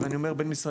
אני אומר בין-משרדי,